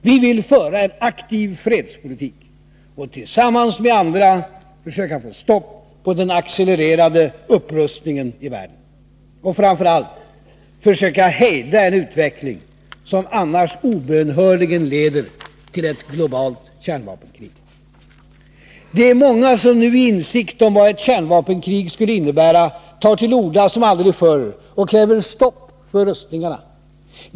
Vi vill föra en aktiv fredspolitik och tillsammans med andra försöka få stopp på den accelererande upprustningen i världen, och framför allt: försöka hejda en utveckling som annars obönhörligen leder till ett globalt kärnvapenkrig. Det är många som nu i insikt om vad ett kärnvapenkrig skulle innebära tar till orda som aldrig förr och kräver stopp för rustningarna.